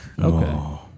Okay